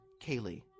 Kaylee